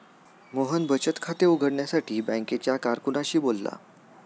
मोहन बचत खाते उघडण्यासाठी बँकेच्या कारकुनाशी बोलला